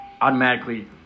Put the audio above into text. automatically